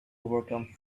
overcome